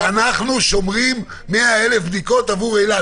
הוא אמר כאן: אנחנו שומרים 100,000 בדיקות עבור אילת.